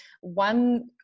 one